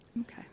Okay